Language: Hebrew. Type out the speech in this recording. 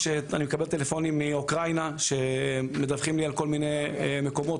אני מקבל טלפונים מאוקראינה שמדווחים לי על כל מיני מקומות,